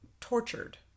tortured